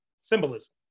symbolism